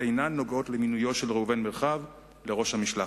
אינו נוגע למינויו של ראובן מרחב לראש המשלחת.